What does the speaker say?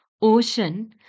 ocean